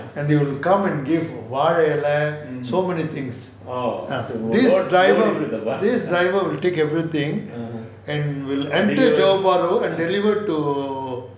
and they will come and give வாழ எல்லா:vazha ella so many things this driver this driver would take everything and will enter johor bahru and deliver to